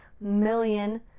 million